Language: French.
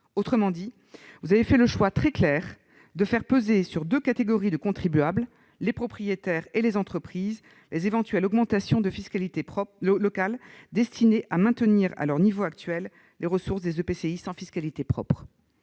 termes, vous avez fait le choix très clair de faire peser sur deux catégories de contribuables- les propriétaires et les entreprises -les éventuelles augmentations de fiscalité locale destinées à maintenir à leur niveau actuel les ressources des EPCI sans fiscalité propre.